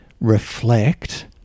reflect